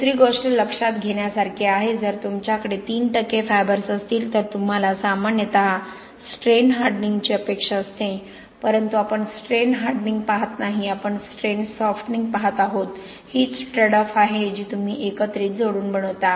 दुसरी गोष्ट लक्षात घेण्यासारखी आहे जर तुमच्याकडे 3 फायबर्स असतील तर तुम्हाला सामान्यत स्ट्रेन हार्डनिंगची अपेक्षा असते परंतु आपण स्ट्रेन हार्डनिंग पाहत नाही आपण स्ट्रेन सॉफ्टनिंग पाहत आहोत हीच ट्रेड ऑफ आहे जी तुम्ही एकत्रित जोडून बनवता